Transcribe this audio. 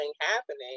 happening